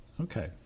Okay